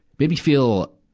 made me feel,